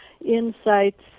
insights